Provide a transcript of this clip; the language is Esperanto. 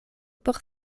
por